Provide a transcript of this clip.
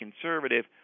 conservative